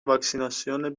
واکسیناسیون